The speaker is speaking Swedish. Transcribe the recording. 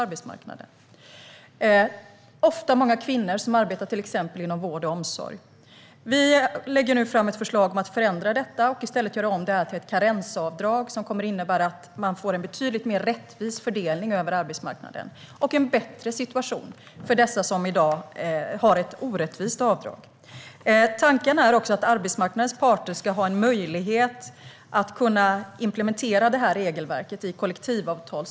Ofta handlar det om kvinnor som arbetar inom vård och omsorg. Vi lägger nu fram ett förslag om att förändra detta och i stället göra om det till ett karensavdrag, som kommer att innebära en betydligt mer rättvis fördelning över arbetsmarknaden och en bättre situation för dem som i dag har ett orättvist avdrag. Tanken är också att arbetsmarknadens parter ska ha möjlighet att implementera detta regelverk i kollektivavtal.